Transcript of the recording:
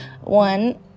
One